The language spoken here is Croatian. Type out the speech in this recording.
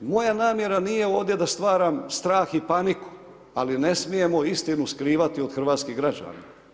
Moja namjera nije ovdje da stvaram strah i paniku, ali ne smijemo istinu skrivati od hrvatskih građana.